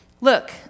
Look